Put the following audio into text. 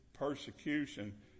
Persecution